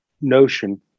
notion